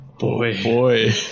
Boy